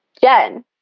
Jen